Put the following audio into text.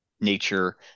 nature